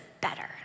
better